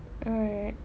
alright